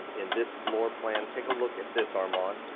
in this floor plan, take a look at this almond.